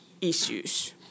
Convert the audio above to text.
issues